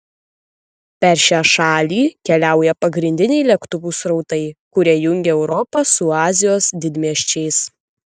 per šią šalį keliauja pagrindiniai lėktuvų srautai kurie jungia europą su azijos didmiesčiais